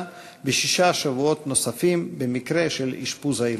בשישה שבועות נוספים במקרה של אשפוז היילוד.